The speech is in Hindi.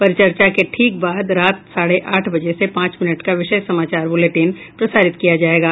परिचर्चा के ठीक बाद रात साढ़े आठ बजे से पांच मिनट का विशेष समाचार बुलेटिन प्रसारित किया जायेगा